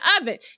oven